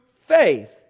faith